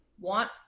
want